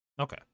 Okay